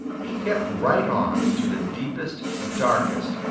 he kept right on to the deepest, darkest,